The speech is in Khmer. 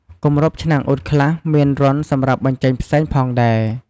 គម្របឆ្នាំងអ៊ុតខ្លះមានរន្ធសម្រាប់បញ្ចេញផ្សែងផងដែរ។